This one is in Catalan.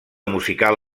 musical